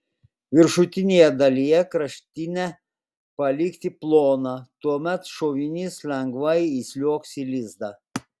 viršutinėje dalyje kraštinę palikti ploną tuomet šovinys lengvai įsliuogs į lizdą